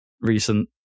recent